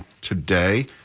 today